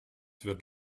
wird